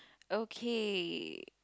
okay